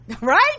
right